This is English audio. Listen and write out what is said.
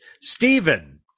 Stephen